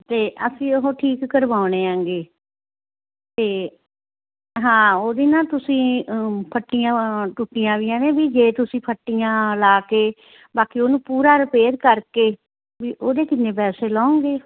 ਅਤੇ ਅਸੀਂ ਉਹ ਠੀਕ ਕਰਵਾਉਣੇ ਹੈਗੇ ਅਤੇ ਹਾਂ ਉਹਦੀ ਨਾ ਤੁਸੀਂ ਪੱਟੀਆਂ ਟੁੱਟੀਆਂ ਬਈ ਐਵੇਂ ਬਈ ਜੇ ਤੁਸੀਂ ਫੱਟੀਆਂ ਲਾ ਕੇ ਬਾਕੀ ਉਹਨੂੰ ਪੂਰਾ ਰਿਪੇਅਰ ਕਰਕੇ ਬਈ ਉਹਦੇ ਕਿੰਨੇ ਪੈਸੇ ਲਾਉਂਗੇ